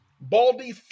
baldy